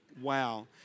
Wow